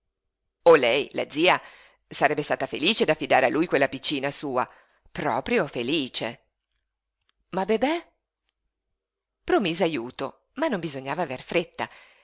oh lei la zia sarebbe stata felice d'affidare a lui quella piccina sua proprio felice ma bebè promise ajuto ma non bisognava aver fretta